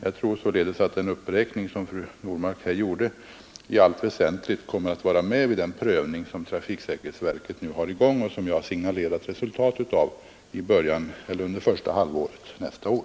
Jag tror således att det fru Normark räknade upp i allt väsentligt kommer att vara med vid den prövning som trafiksäkerhetsverket har i gång och som jag har signalerat resultat av under första halvåret nästa år.